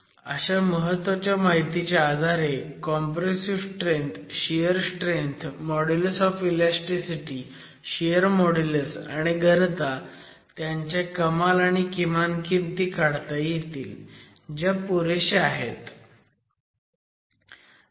अशा महत्वाच्या माहितीच्या आधारे compressive strength shear strength modulus of elasticity shear modulus आणि घनता यांच्या कमाल आणि किमान किमती काढता येतील ज्या पुरेशा आहेत